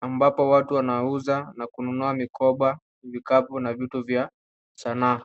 ambapo watu wanauza na kununua mikoba, vikapu, na vitu vya sanaa.